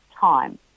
time